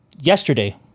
yesterday